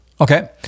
Okay